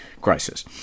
crisis